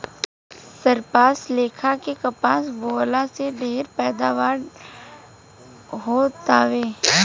सरपास लेखा के कपास बोअला से पैदावार ढेरे हो तावे